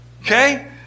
Okay